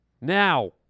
Now